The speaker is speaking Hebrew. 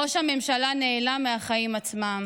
ראש הממשלה נעלם מהחיים עצמם.